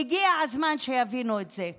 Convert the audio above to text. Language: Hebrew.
הגיע הזמן שיבינו את זה.